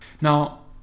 Now